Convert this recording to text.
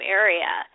area